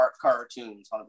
cartoons